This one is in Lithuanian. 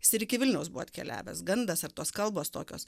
jis ir iki vilniaus buvo atkeliavęs gandas ar tos kalbos tokios